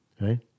Right